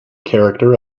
character